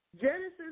Genesis